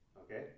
Okay